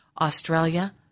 Australia